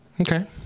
Okay